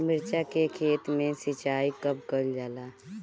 मिर्चा के खेत में सिचाई कब कइल जाला?